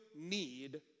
need